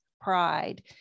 pride